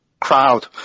crowd